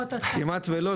כמעט ולא,